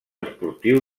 esportiu